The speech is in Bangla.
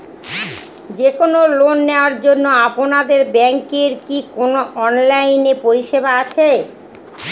যে কোন লোন নেওয়ার জন্য আপনাদের ব্যাঙ্কের কি কোন অনলাইনে পরিষেবা আছে?